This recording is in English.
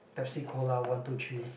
Pepsi Cola one two three